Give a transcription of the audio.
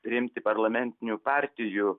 remti parlamentinių partijų